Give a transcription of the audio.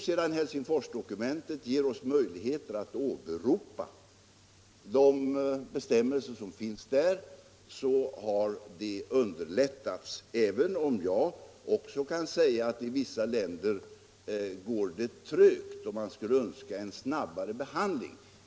Sedan vi fått möjlighet att åberopa de bestämmelser som finns i Helsingforsdokumentet har vårt agerande underlättats, även om också jag kan säga att det i vissa länder går trögt och att man skulle önska en snabbare behandling.